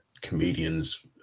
comedians